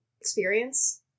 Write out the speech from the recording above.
experience